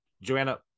Joanna